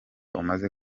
umaze